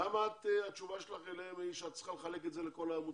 למה התשובה שלך אליהם היא שאת צריכה לחלק את זה לכל העמותות?